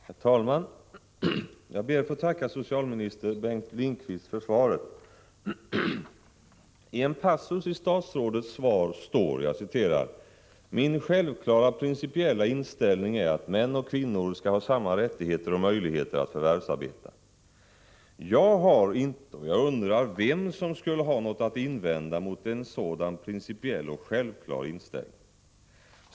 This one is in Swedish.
Herr talman! Jag ber att få tacka statsrådet Bengt Lindqvist för svaret. I en passus i statsrådets svar står: ”Min självklara principiella inställning —-—-—- är att män och kvinnor skall ha samma rättigheter och möjligheter att förvärvsarbeta.” Jag har inte — och jag undrar vem som skulle ha det — något att invända mot en sådan principiell och självklar inställning.